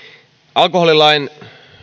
alkoholilain